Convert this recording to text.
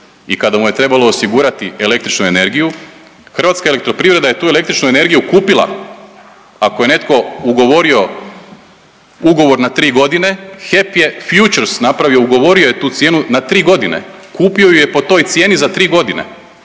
i kada mu je trebalo osigurati električnu energiju Hrvatska elektroprivreda je tu električnu energiju kupila. Ako je netko ugovorio ugovor na tri godine, HEP je future napravio, ugovorio je tu cijenu na tri godine. Kupio ju je po toj cijeni za tri godine